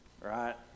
right